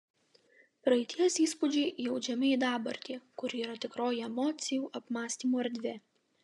praeities įspūdžiai įaudžiami į dabartį kuri yra tikroji emocijų apmąstymų erdvė